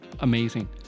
amazing